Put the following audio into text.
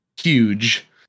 huge